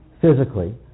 physically